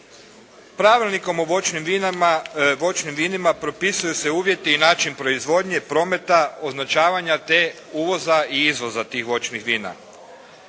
Pravilnikom o voćnim vinima propisuju se uvjeti i način proizvodnje, prometa, označavanja te uvoza i izvoza tih voćnih vina